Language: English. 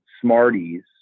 smarties